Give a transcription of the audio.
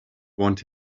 want